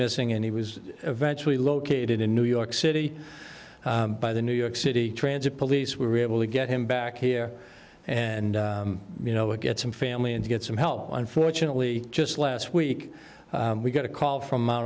missing and he was eventually located in new york city by the new york city transit police were able to get him back here and you know it get some family and get some help unfortunately just last week we got a call from